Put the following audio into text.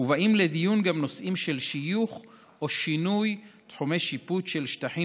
מובאים לדיון גם נושאים של שיוך או שינוי תחומי שיפוט של שטחים